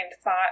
thought